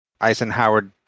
Eisenhower